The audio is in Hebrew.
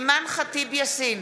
אימאן ח'טיב יאסין,